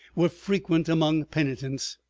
were frequent among penitents!